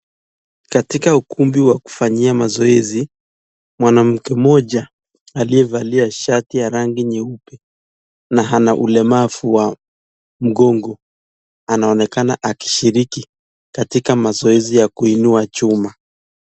Katika ukumbi wa kufanyia mazoezi mwanamke mmoja aliyevalia shati ya rangi nyeupe na ana ulemavu wa mgongo, anaonekana akishiriki katika mazoezi ya kuinua chuma.